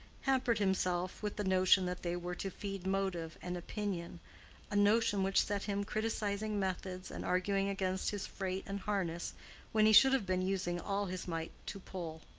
hampered himself with the notion that they were to feed motive and opinion a notion which set him criticising methods and arguing against his freight and harness when he should have been using all his might to pull.